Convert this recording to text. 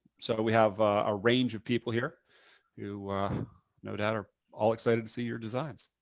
so but we have a range of people here who no doubt are all excited to see your designs.